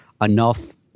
enough